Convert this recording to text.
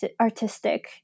artistic